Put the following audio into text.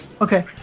Okay